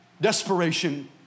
desperation